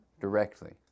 directly